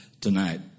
tonight